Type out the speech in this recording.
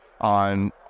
on